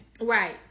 Right